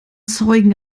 zeugen